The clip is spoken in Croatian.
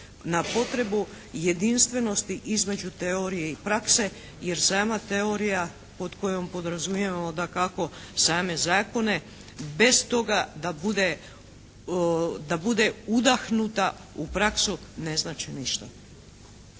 na potrebu jedinstvenosti između teorije i prakse jer sama teorija pod kojom podrazumijevamo dakako same zakone bez toga da bude, da bude udahnuta u praksu ne znači ništa.